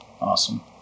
awesome